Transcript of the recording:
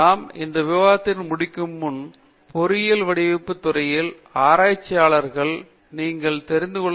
நாம் இந்த விவாதத்தை முடிக்கும் முன் பொறியியல் வடிவமைப்பு துறையில் ஆராய்ச்சியாளர்களுக்கு நீங்கள் தெரிந்துகொள்ள விரும்பும் ஆலோசனை என்ன